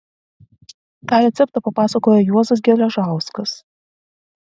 tą receptą papasakojo juozas geležauskas